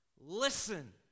Listen